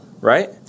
Right